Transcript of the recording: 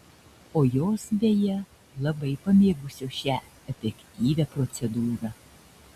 o jos beje labai pamėgusios šią efektyvią procedūrą